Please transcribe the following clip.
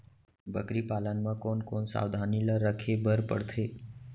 बकरी पालन म कोन कोन सावधानी ल रखे बर पढ़थे?